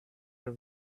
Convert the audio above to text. are